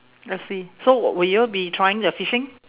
I see so will y'all be trying the fishing